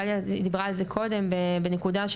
גליה דיברה קודם בנקודה,